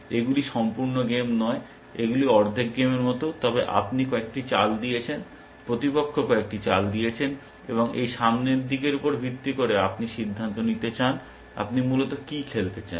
এগুলি সম্পূর্ণ গেম নয় এগুলি অর্ধেক গেমের মতো তবে আপনি কয়েকটি চাল দিয়েছেন প্রতিপক্ষ কয়েকটি চাল দিয়েছেন এবং এই সামনের দিকের উপর ভিত্তি করে আপনি সিদ্ধান্ত নিতে চান আপনি মূলত কী খেলতে চান